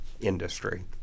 industry